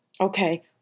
Okay